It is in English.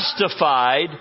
justified